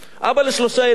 אבא לשלושה ילדים.